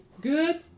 good